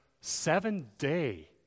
seven-day